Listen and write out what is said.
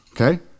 okay